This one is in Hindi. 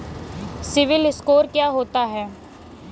सिबिल स्कोर क्या होता है?